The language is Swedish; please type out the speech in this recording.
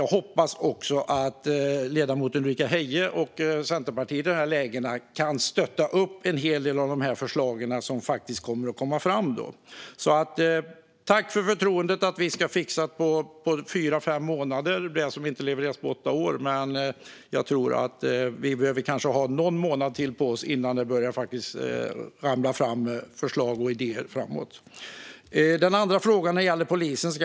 Jag hoppas också att Centerpartiet och Ulrika Heie kan stötta en hel del av de förslag som kommer. Tack för förtroendet för att vi på fyra fem månader ska fixa det som inte levererades på åtta år. Jag tror att vi behöver ha någon månad till på oss innan det börjar ramla fram förslag och idéer framåt. Den andra frågan gällde polisen.